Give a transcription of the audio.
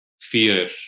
fear